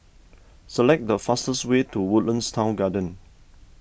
select the fastest way to Woodlands Town Garden